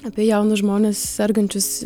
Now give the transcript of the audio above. apie jaunus žmones sergančius